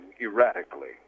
erratically